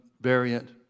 variant